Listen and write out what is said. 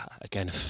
again